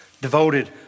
devoted